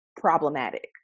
problematic